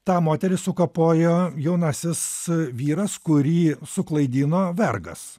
tą moterį sukapojo jaunasis vyras kurį suklaidino vergas